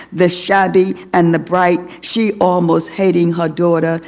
the shabby and the bright. she almost hating her daughter,